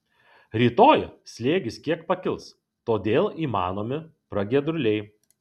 rytoj slėgis kiek pakils todėl įmanomi pragiedruliai